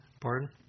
Pardon